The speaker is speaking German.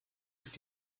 ist